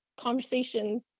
conversation